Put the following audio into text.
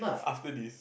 after this